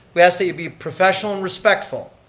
we ask that you be professional and respectful.